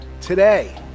today